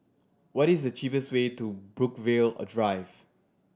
what is the cheapest way to Brookvale a Drive